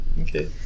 okay